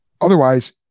Otherwise